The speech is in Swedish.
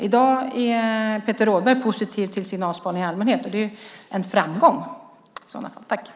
I dag är Peter Rådberg positiv till signalspaning i allmänhet, och det är i så fall en framgång.